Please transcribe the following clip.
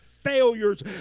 failures